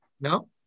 No